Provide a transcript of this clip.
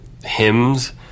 Hymns